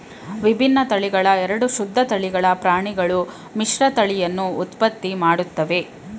ವಿಭಿನ್ನ ತಳಿಗಳ ಎರಡು ಶುದ್ಧ ತಳಿಗಳ ಪ್ರಾಣಿಗಳು ಮಿಶ್ರತಳಿಯನ್ನು ಉತ್ಪತ್ತಿ ಮಾಡ್ತವೆ